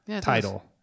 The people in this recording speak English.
title